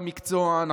במקצוע,